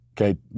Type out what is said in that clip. Okay